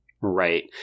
Right